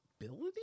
ability